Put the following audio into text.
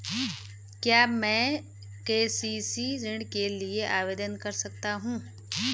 क्या मैं के.सी.सी ऋण के लिए आवेदन कर सकता हूँ?